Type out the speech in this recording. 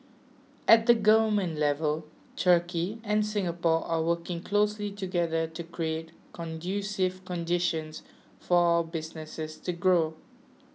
at the government level turkey and Singapore are working closely together to create conducive conditions for our businesses to grow